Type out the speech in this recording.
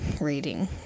reading